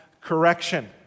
correction